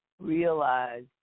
realize